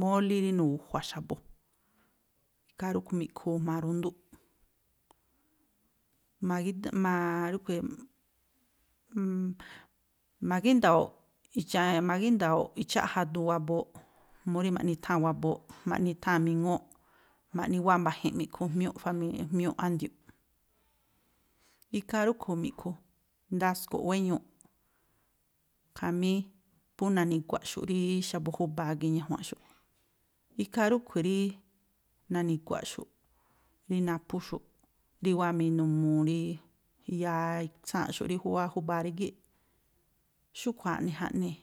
mólíꞌ rí nugu̱jua̱ xa̱bu̱. Ikhaa rúꞌkhui̱ mi̱ꞌkhuu jma̱a rundúꞌ, rúꞌkhui̱ ma̱gínda̱wo̱o̱ꞌ ma̱gínda̱wo̱o̱ꞌ i̱cháꞌja duun wabooꞌ mu rí ma̱ꞌni i̱tháa̱n wabooꞌ, ma̱ꞌni i̱tháa̱n miŋúúꞌ, ma̱ꞌni wáa̱ mba̱ꞌji̱nꞌ mi̱ꞌkhu jmiúꞌ, jmiúꞌ a̱ndiu̱nꞌ. Ikhaa rúꞌkhui̱ mi̱ꞌkhu, ndasko̱ꞌ wéñuuꞌ, khamí phú nani̱gua̱ꞌxu̱ꞌ rí xa̱bu̱ júba̱a gii̱ꞌ ñajuanꞌxu̱ꞌ. Ikhaa rúꞌkhui̱ rí nani̱gua̱ꞌxu̱ rí naphú xu̱ꞌ, rí wáa̱ minumuu rí i̱ya̱a tsáa̱nꞌxu̱ rí júwá júba̱a rígíꞌ. Xúꞌkhui̱ aꞌni jaꞌnii.